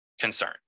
concern